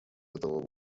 этого